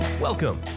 Welcome